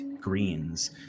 greens